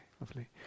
lovely